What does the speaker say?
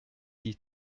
die